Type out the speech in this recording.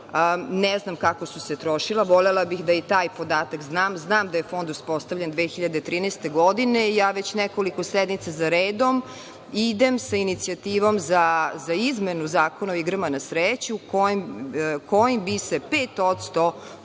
Ne znam kako su se trošila, ali volela bih da i taj podatak znam. Znam da je fond uspostavljen 2013. godine i ja već nekoliko sednica za redom idem sa inicijativom za izmenu Zakona o igrama na sreću, kojim bi se 5%, po osnovu